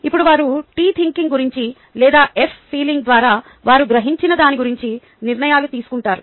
ఇప్పుడు వారు T thinking గురించి లేదా F ఫీలింగ్ ద్వారా వారు గ్రహించిన దాని గురించి నిర్ణయాలు తీసుకుంటారు